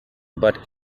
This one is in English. but